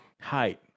height